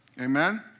Amen